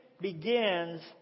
begins